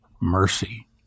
mercy